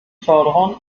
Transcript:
förderern